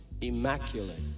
immaculate